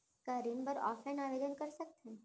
का ऋण बर ऑफलाइन आवेदन कर सकथन?